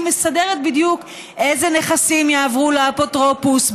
היא מסדרת בדיוק אילו נכסים יעברו לאפוטרופוס,